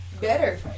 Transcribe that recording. better